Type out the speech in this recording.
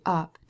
up